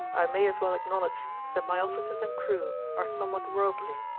i may as well acknowledge that my officers and crew are somewhat worldly.